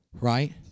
right